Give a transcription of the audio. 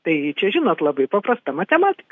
taigi čia žinot labai paprasta matematika